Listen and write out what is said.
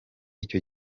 icyo